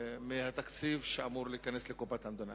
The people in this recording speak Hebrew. מהתקציב שאמור להיכנס לקופת המדינה.